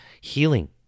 healing